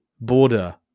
border